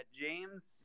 James